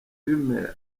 female